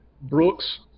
Brooks